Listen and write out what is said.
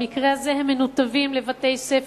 במקרה הזה הם מנותבים לבתי-ספר,